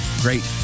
great